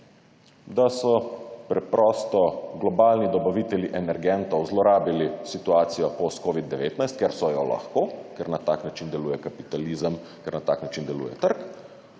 da so preprosto globalni dobavitelji energentov zlorabili situacijo post COVID-19, ker so jo lahko, ker na tak način deluje kapitalizem, ker na tak način deluje trg,